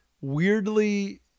weirdly